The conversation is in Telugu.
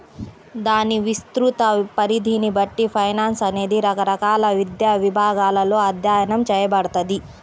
దాని విస్తృత పరిధిని బట్టి ఫైనాన్స్ అనేది రకరకాల విద్యా విభాగాలలో అధ్యయనం చేయబడతది